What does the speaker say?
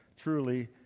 truly